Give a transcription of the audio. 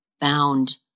bound